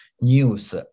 news